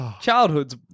Childhood's